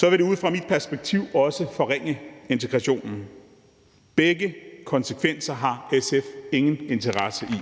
vil det ud fra mit perspektiv også forringe integrationen. Begge konsekvenser har SF ingen interesse i.